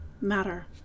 matter